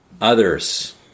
others